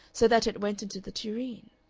so that it went into the tureen.